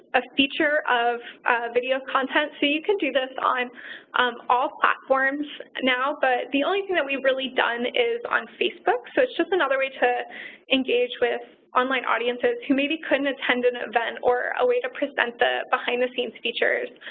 a feature of video content. so you can do this on um all platforms now, but the only thing that we've really done is on facebook. so it's just another way to engage with online audiences who maybe couldn't attend an event or a way to present the behind-the-scenes features.